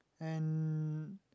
and